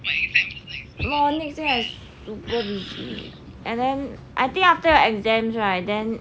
next week I have to go to